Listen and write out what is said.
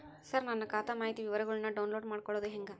ಸರ ನನ್ನ ಖಾತಾ ಮಾಹಿತಿ ವಿವರಗೊಳ್ನ, ಡೌನ್ಲೋಡ್ ಮಾಡ್ಕೊಳೋದು ಹೆಂಗ?